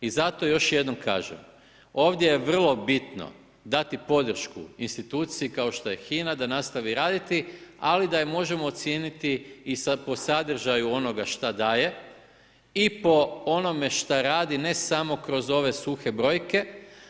I zato još jednom kažem, ovdje je vrlo bitno dati podršku instituciji kao što je HINA da nastavi raditi ali da je možemo ocijeniti i po sadržaju onoga šta daje i po onome što radi ne samo kroz ove suhe brojke